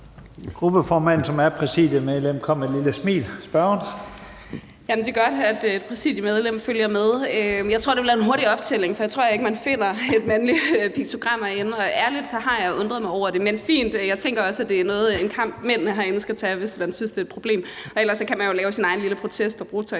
Gruppeformanden, som er præsidiemedlem, kom med et lille smil. Så er det spørgeren. Kl. 11:35 Astrid Carøe (SF): Det er godt, at præsidiemedlemmet følger med. Jeg tror, det bliver en hurtig optælling, for jeg tror ikke, man finder et mandepiktogram herinde. Ærlig talt har jeg undret mig over det, men det er fint. Jeg tænker også, at det er en kamp, mændene herinde skal tage, hvis man synes, det er et problem. Ellers kan man jo lave sin egen lille protest og bruge